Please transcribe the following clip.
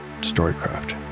Storycraft